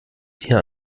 hier